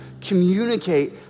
communicate